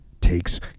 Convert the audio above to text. takes